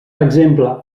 exemple